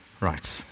right